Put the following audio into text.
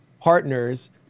partners